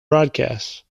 broadcasts